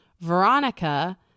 Veronica